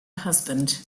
husband